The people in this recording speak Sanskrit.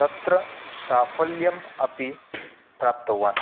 तत्र साफल्यम् अपि प्राप्तवान्